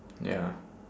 ya